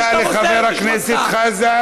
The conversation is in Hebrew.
תודה לחבר הכנסת חזן.